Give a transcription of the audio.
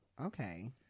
okay